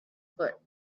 foot